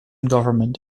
government